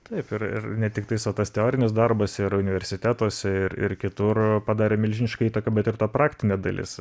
taip ir ir ne tiktais va tas teorinis darbas ir universitetuose ir ir kitur padarė milžinišką įtaką bet ir ta praktinė dalis